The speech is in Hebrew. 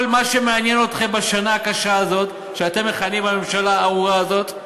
כל מה שמעניין אתכם בשנה הקשה הזאת שאתם מכהנים בממשלה הארורה הזאת זה